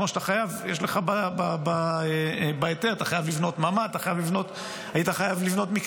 על פי ההיתר אתה חייב לבנות ממ"ד,